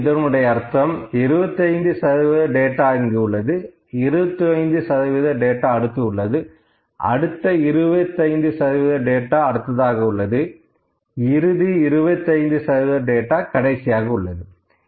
அதாவது இதனுடைய அர்த்தம் 25 சதவீத டேட்டா இங்கு உள்ளது 25 சதவீத டேட்டா அடுத்து உள்ளது அடுத்த 25 சதவீத டேட்டா அடுத்ததாக உள்ளது இறுதி 25 சதவீத டேட்டா கடைசியாக உள்ளது